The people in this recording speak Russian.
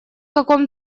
каком